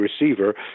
receiver